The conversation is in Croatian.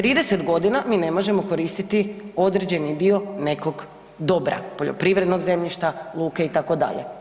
30 g. mi ne možemo koristiti određeni dio nekog dobra, poljoprivrednog zemljišta, luke itd.